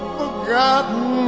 forgotten